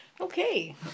Okay